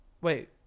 Wait